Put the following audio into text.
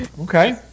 Okay